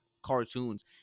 cartoons